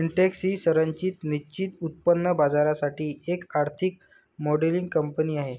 Intex ही संरचित निश्चित उत्पन्न बाजारासाठी एक आर्थिक मॉडेलिंग कंपनी आहे